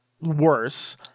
worse